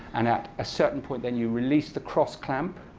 and at a certain point, then you release the cross clamp